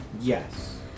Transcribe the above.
Yes